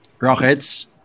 Rockets